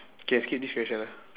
K I skip this question ah